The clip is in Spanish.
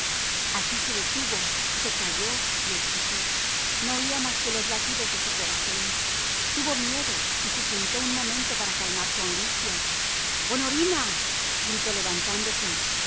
aquí se detuvo se calló y escuchó no oía más que los latidos de su corazón tuvo miedo y se sentó un momento para calmar su angustia honorina gritó levantándose